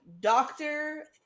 doctor